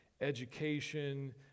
education